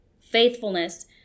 Faithfulness